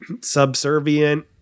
subservient